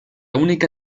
única